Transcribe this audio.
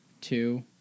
Two